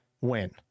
win